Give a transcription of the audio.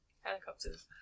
Helicopters